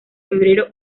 febrero